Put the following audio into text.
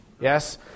yes